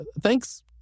thanks